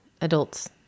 adults